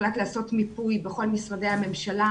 הוחלט לעשות מיפוי בכל משרדי הממשלה